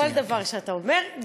כל דבר שאתה אומר.